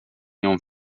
nią